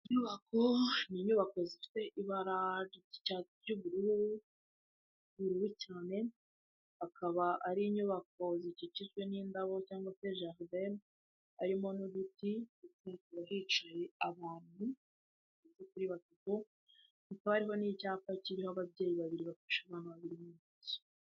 Inyubako, ni inyubako zifite ibara ry'ubururu ubururu cyane, akaba ari inyubako zikikijwe n'indabo cyangwa se jaride akaba harimo n'uduti, hicaye abantu bagera kuri batatu, hakaba hariho n'icyapa kiriho ababyeyi babiri bafasha abana babiri mu ntoki.